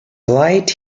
light